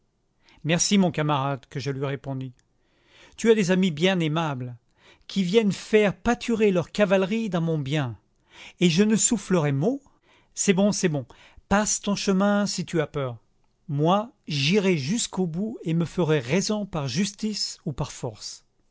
merci mon camarade que je lui répondis tu as des amis bien aimables qui viennent faire pâturer leur cavalerie dans mon bien et je ne soufflerai mot c'est bon c'est bon passe ton chemin si tu as peur moi j'irai jusqu'au bout et me ferai raison par justice ou par force